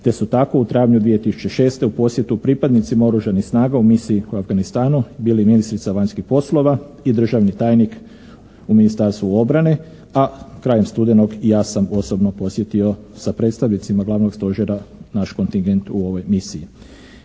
te su tako u travnju 2006. u posjetu pripadnicima Oružanih snaga u misiji u Afganistanu bili ministrica vanjskih poslova i državni tajnik u Ministarstvu obrane, a krajem studenog i ja sam osobno posjetio sa predstavnicima Glavnog stožera naš kontingent u ovoj misiji.